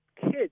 kids